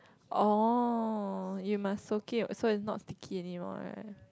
orh you must soak it so its not sticky anymore right